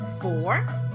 four